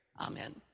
Amen